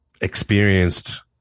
Experienced